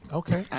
okay